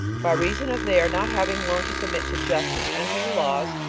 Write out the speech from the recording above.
by reason of their not having learned to submit to justice and to the laws,